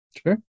Sure